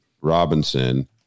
Robinson